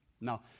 Now